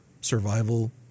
survival